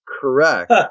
correct